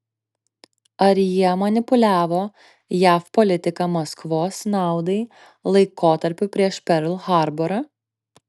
ar jie manipuliavo jav politika maskvos naudai laikotarpiu prieš perl harborą